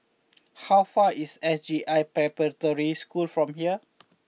how far away is S J I Preparatory School from here